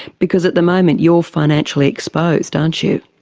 because at the moment you're financially exposed, aren't you.